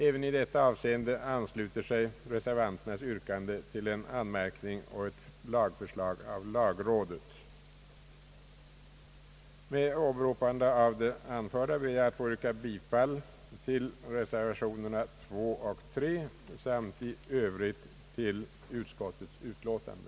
Även i detta avseende ansluter sig reservanternas yrkande till en anmärkning och ett lagförslag av lagrådet. Med åberopande av det anförda ber jag att få yrka bifall till reservationerna II och III samt i Övrigt till utskottets utlåtande.